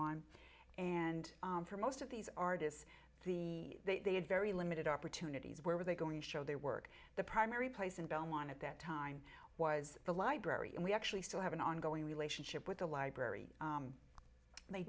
on and for most of these artists the they had very limited opportunities where were they going to show their work the primary place in belmont at that time was the library and we actually still have an ongoing relationship with the library they